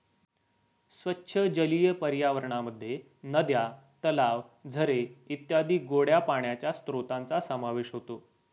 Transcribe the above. स्वच्छ जलीय पर्यावरणामध्ये नद्या, तलाव, झरे इत्यादी गोड्या पाण्याच्या स्त्रोतांचा समावेश होतो